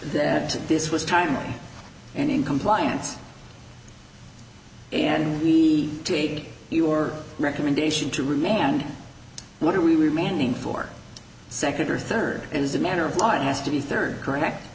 that this was timely and in compliance and we take your recommendation to remain and what are we remaining for second or third as a matter of law has to be a third correct